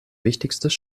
wichtigstes